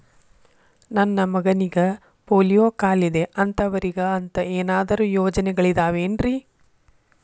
ನನ್ನ ಮಗನಿಗ ಪೋಲಿಯೋ ಕಾಲಿದೆ ಅಂತವರಿಗ ಅಂತ ಏನಾದರೂ ಯೋಜನೆಗಳಿದಾವೇನ್ರಿ?